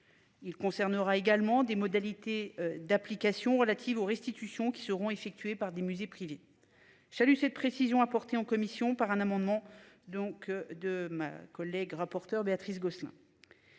Il concernera également des modalités d'application relative aux restitutions qui seront effectués par des musées privés. Salue cette précision apportée en commission par un amendement donc de ma collègue rapporteure Béatrice Gosselin.